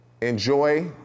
Enjoy